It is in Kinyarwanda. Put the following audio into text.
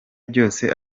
byose